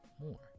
more